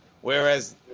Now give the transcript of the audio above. whereas